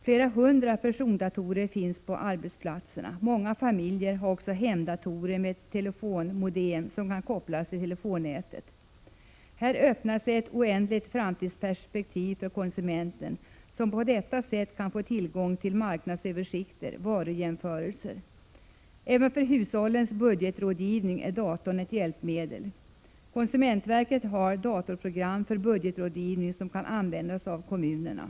Flera hundra persondatorer finns på arbetsplatserna. Många familjer har också hemdatorer med telefonmodem som kan kopplas till telefonnätet. Här öppnar sig ett oändligt framtidsperspektiv för konsumenten, som på detta sätt kan få tillgång till marknadsöversikter och varujämförelser. Även för hushållens budgetrådgivning är datorn ett hjälpmedel. Konsumentverket har datorprogram för budgetrådgivning som kan användas av kommunerna.